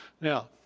Now